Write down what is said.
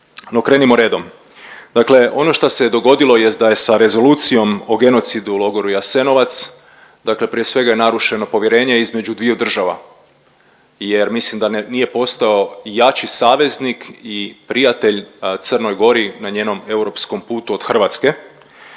krenimo redom. Dakle ono šta se dogodilo jest da je sa Rezolucijom o genocidu u logoru Jasenovac dakle prije svega je narušeno povjerenje između dviju država jer mislim da nije postojao jači saveznik i prijatelj Crnoj Gori na njenom europskom putu od Hrvatske